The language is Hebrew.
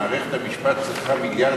הבעיה היא שמערכת המשפט צריכה 1.5 מיליארד